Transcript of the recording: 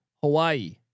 Hawaii